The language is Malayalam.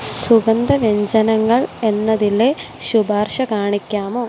സുഗന്ധവ്യഞ്ജനങ്ങൾ എന്നതിലെ ശുപാർശ കാണിക്കാമോ